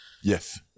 Yes